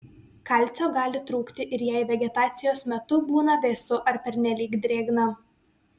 kalcio gali trūkti ir jei vegetacijos metu būna vėsu ar pernelyg drėgna